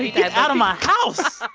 yeah get out of my house